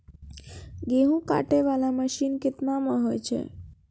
गेहूँ काटै वाला मसीन केतना मे होय छै?